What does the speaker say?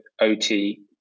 OT